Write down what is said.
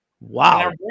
Wow